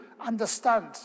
understand